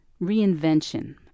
reinvention